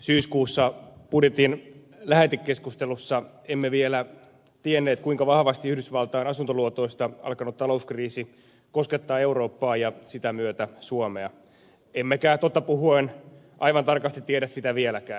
syyskuussa budjetin lähetekeskustelussa emme vielä tienneet kuinka vahvasti yhdysvaltain asuntoluotoista alkanut talouskriisi koskettaa eurooppaa ja sitä myötä suomea emmekä totta puhuen aivan tarkasti tiedä sitä vieläkään